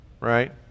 right